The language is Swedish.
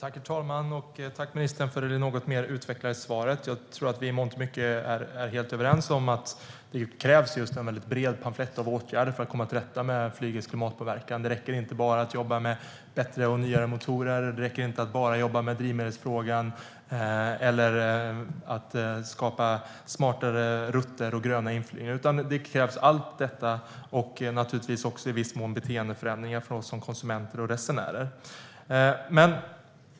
Herr talman! Tack, ministern, för det något mer utvecklade svaret. Jag tror att vi i mångt och mycket är överens om att det krävs en bred palett av åtgärder för att komma till rätta med flygets klimatpåverkan. Det räcker inte med att bara jobba med bättre och nyare motorer. Det räcker inte med att bara jobba med drivmedelsfrågan eller skapa smartare rutter och gröna inflygningar, utan det krävs allt detta och i viss mån beteendeförändringar för oss som konsumenter och resenärer.